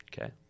Okay